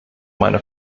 meiner